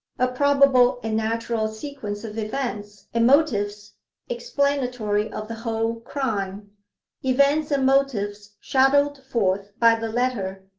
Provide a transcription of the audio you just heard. a probable and natural sequence of events and motives explanatory of the whole crime events and motives shadowed forth by the letter,